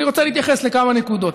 אני רוצה להתייחס לכמה נקודות.